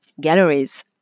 galleries